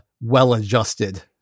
well-adjusted